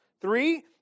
Three